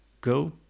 go